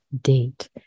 date